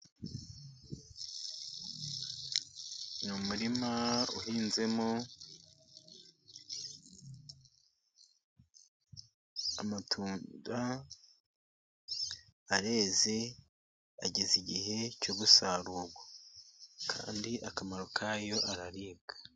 Umurima uhinzemo amatunda areze, ageze igihe cyo gusarurwa. Kandi akamaro kayo araribwa.